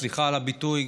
סליחה על הביטוי,